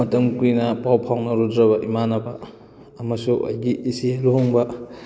ꯃꯇꯝ ꯀꯨꯏꯅ ꯄꯥꯎ ꯐꯥꯎꯅꯔꯨꯗ꯭ꯔꯕ ꯏꯃꯥꯟꯅꯕ ꯑꯃꯁꯨ ꯑꯩꯒꯤ ꯏꯆꯦ ꯂꯨꯍꯣꯡꯕ